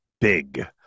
big